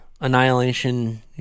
Annihilation